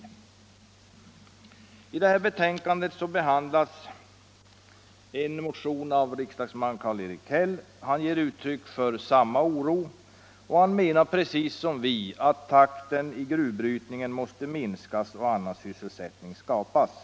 I näringsutskottets betänkande behandlas också motionen 909 med Karl-Erik Häll som första namn. Karl-Erik Häll och hans medmotionärer ger uttryck för samma oro och menar precis som vi att takten i gruvbrytningen måste minskas och annan sysselsättning skapas.